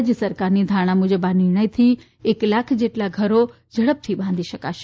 રાજય સરકારની ધારણા મુજબ આ નિર્ણયથી એક લાખ જેટલા ઘરો ઝડપથી બાંધી શકાશે